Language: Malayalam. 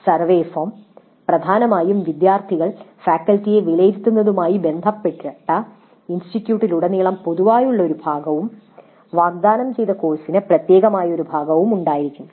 സർവേ ഫോം പ്രധാനമായും വിദ്യാർത്ഥികൾ ഫാക്കൽറ്റിയെ വിലയിരുത്തുന്നതുമായി ബന്ധപ്പെട്ട ഇൻസ്റ്റിറ്റ്യൂട്ടിലുടനീളം പൊതുവായുള്ള ഒരു ഭാഗവും വാഗ്ദാനം ചെയ്ത കോഴ്സിന് പ്രത്യേകമായ ഒരു ഭാഗവും ഉണ്ടായിരിക്കും